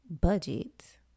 Budget